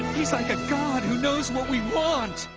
he's like a god who knows what we want!